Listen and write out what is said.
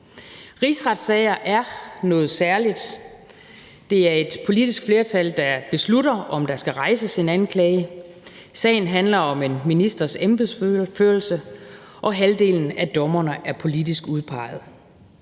Rigsretssager er noget særligt. Det er et politisk flertal, der beslutter, om der skal rejses en anklage. Sagen handler om en ministers embedsførelse, og halvdelen af dommerne er politisk udpeget.